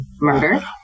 murder